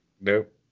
Nope